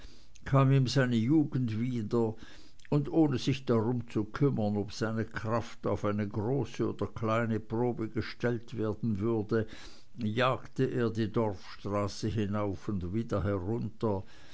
kam ihm seine jugend wieder und ohne sich darum zu kümmern ob seine kraft auf eine große oder kleine probe gestellt werden würde jagte er die dorfstraße hinauf und wieder herunter